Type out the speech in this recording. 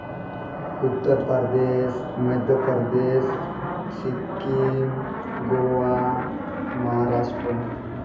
Uttar Pradesh Madhya Pradesh Sikkim Goa Maharashtra